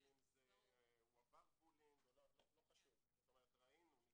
הרבה פעמים לא